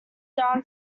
down